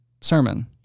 sermon